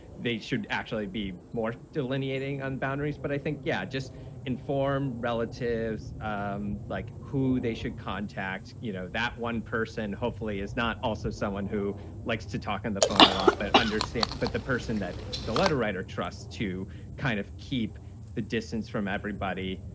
they should actually be more delineating on boundaries. but i think, yeah, just inform relatives um like who they should contact. you know, that one person hopefully is not also someone who likes to talk on the phone a lot, but understand. but the person that the letter writer trusts to kind of keep the distance from everybody,